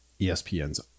ESPN's